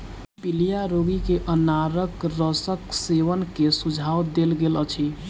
पीलिया रोगी के अनारक रसक सेवन के सुझाव देल गेल अछि